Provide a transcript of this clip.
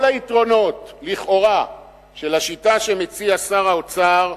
כל היתרונות לכאורה של השיטה שמציע שר האוצר,